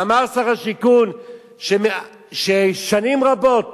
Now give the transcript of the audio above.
אמר שר השיכון ששנים רבות